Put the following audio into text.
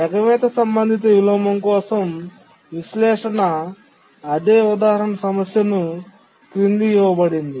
ఎగవేత సంబంధిత విలోమం కోసం విశ్లేషణ అదే ఉదాహరణ సమస్యను క్రింది ఇవ్వబడింది